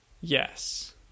Yes